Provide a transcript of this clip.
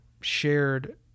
shared